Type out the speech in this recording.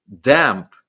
damp